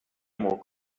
more